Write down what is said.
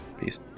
Peace